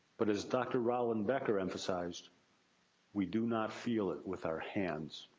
but as dr. rollin becker emphasized we do not feel it with our hands.